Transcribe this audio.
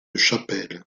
chapelle